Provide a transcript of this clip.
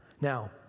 Now